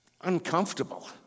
uncomfortable